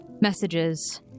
messages